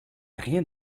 rien